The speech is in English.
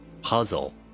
puzzle